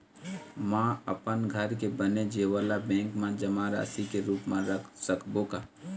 म अपन घर के बने जेवर ला बैंक म जमा राशि के रूप म रख सकबो का?